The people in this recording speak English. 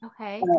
Okay